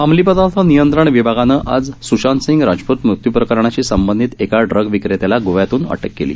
अंमलीपदार्थ नियंत्रण विभागानं आज स्शांत सिंग राजपूत मृत्यू प्रकरणाशी संबंधित एका ड्रग विक्रेत्याला गोव्यातून अटक केली